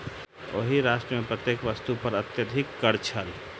ओहि राष्ट्र मे प्रत्येक वस्तु पर अत्यधिक कर छल